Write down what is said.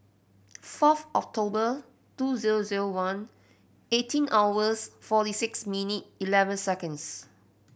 fourth October two zero zero one eighteen hours forty six minute eleven seconds